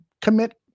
commit